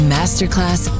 Masterclass